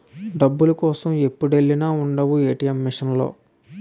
డబ్బుల కోసం ఎప్పుడెల్లినా ఉండవు ఏ.టి.ఎం మిసన్ లో